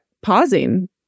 pausing